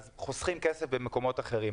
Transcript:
חוסכים כסף במקומות אחרים.